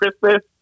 Christmas